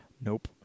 Nope